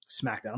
Smackdown